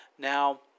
Now